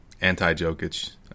anti-Jokic